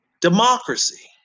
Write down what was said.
Democracy